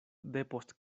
depost